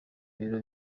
ibiro